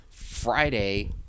Friday